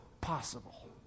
possible